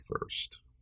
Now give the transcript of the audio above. first